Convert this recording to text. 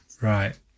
right